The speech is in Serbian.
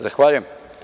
Zahvaljujem.